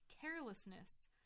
carelessness